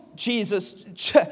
Jesus